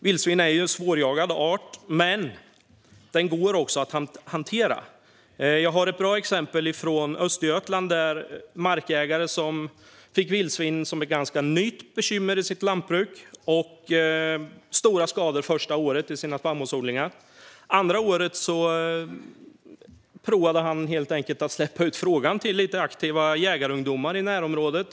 Vildsvin är en svårjagad art, men den går att hantera. Jag har ett bra exempel från Östergötland, där en markägare fick in vildsvin som ett ganska nytt bekymmer i sitt lantbruk. Det första året var det stora skador på hans spannmålsodlingar. Året efter provade han att helt enkelt ställa frågan till lite aktiva jägarungdomar i närområdet.